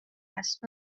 هست